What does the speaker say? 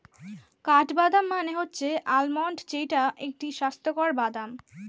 কাঠবাদাম মানে হচ্ছে আলমন্ড যেইটা একটি স্বাস্থ্যকর বাদাম